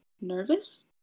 Nervous